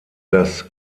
das